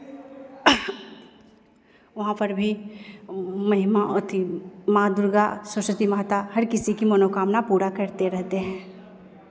वहाँ पर भी महिमा अथी मां दुर्गा सरस्वती माता हर किसी की मनोकामना पूरा करते रहते हैं